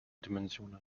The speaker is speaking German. dimensionen